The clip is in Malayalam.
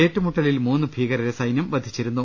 ഏറ്റുമുട്ടലിൽ മൂന്നു ഭീകരരെ സൈന്യം വധിച്ചിരുന്നു